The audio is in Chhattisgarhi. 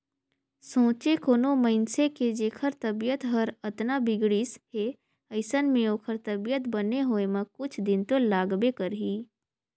सोंचे कोनो मइनसे के जेखर तबीयत हर अतना बिगड़िस हे अइसन में ओखर तबीयत बने होए म कुछ दिन तो लागबे करही